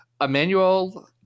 Emmanuel